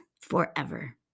forever